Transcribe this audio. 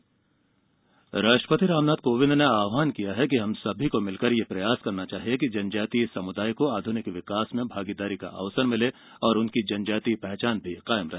राष्ट्रपति दमोह राष्ट्रपति रामनाथ कोविंद ने आहवान किया है कि हम सभी को मिलकर यह प्रयास करना चाहिए कि जनजातीय समुदाय को आधुनिक विकास में भागीदारी का अवसर मिले और उनकी जनजातीय पहचान भी कायम रहे